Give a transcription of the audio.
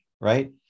Right